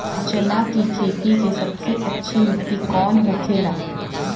चना की खेती के लिए सबसे अच्छी मिट्टी कौन होखे ला?